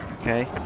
Okay